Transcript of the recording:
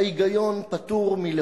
ההיגיון פטור מלהופיע.